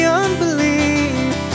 unbelief